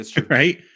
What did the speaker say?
right